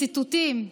ציטוטים.